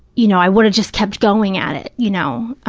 you know, i would have just kept going at it, you know.